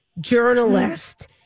journalist